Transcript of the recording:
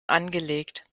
angelegt